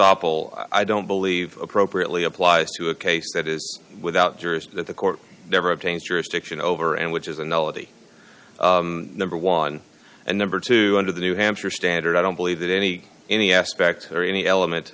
el i don't believe appropriately applies to a case that is without jurors that the court never obtains jurisdiction over and which is an elegy number one and number two under the new hampshire standard i don't believe that any any aspect or any element